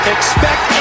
Expect